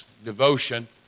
devotion